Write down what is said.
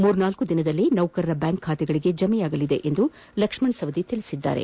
ಮೂರ್ನಾಲ್ಕು ದಿನಗಳಲ್ಲಿ ನೌಕರರ ಬ್ಕಾಂಕ್ ಖಾತೆಗಳಿಗೆ ಜಮೆಯಾಗಲಿದೆ ಎಂದು ಲಕ್ಷಣ್ ಸವದಿ ತಿಳಿಸಿದರು